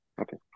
Okay